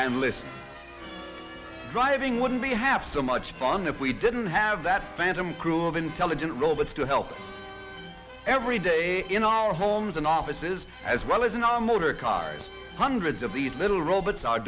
and listen driving wouldn't be half so much fun if we didn't have that phantom crew of intelligent robots to help every day in our homes and offices as well as in our motor cars hundreds of these little robots are